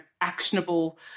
actionable